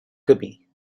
camí